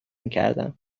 میکردم